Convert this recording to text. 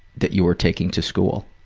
that you were taking to school.